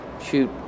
shoot